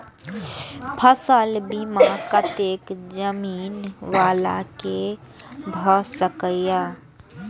फसल बीमा कतेक जमीन वाला के भ सकेया?